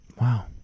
Wow